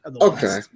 Okay